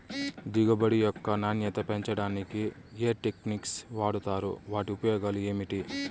దిగుబడి యొక్క నాణ్యత పెంచడానికి ఏ టెక్నిక్స్ వాడుతారు వాటి ఉపయోగాలు ఏమిటి?